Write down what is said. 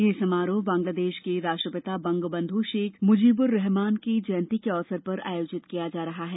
यह समारोह बांग्लादेश के राष्ट्रपिता बंगबंधु शेख मुजीबुर्रहमान की जयंती के अवसर पर आयोजित किया जा रहा है